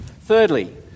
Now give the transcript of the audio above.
Thirdly